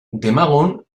demagun